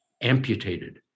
amputated